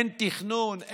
אין תכנון,